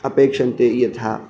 अपेक्षन्ते यथा